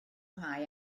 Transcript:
rhai